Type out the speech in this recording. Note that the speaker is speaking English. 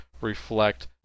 reflect